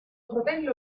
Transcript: fratello